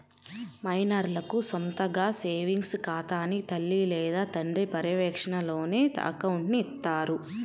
మైనర్లకు సొంతగా సేవింగ్స్ ఖాతాని తల్లి లేదా తండ్రి పర్యవేక్షణలోనే అకౌంట్ని ఇత్తారు